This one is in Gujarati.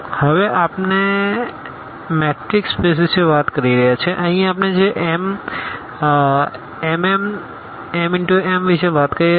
હવે પછી આપણે મેટ્રિક્સ સ્પેસ વિશે વાત કરી રહ્યા છીએ અહીં આપણે જે Mm⋅n વિશે વાત કરી રહ્યા છીએ